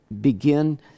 begin